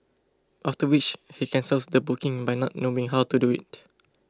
after which he cancels the booking by not knowing how to do it